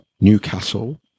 Newcastle